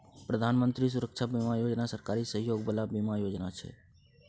प्रधानमंत्री सुरक्षा बीमा योजना सरकारी सहयोग बला बीमा योजना छै